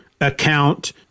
account